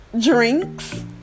drinks